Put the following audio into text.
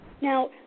now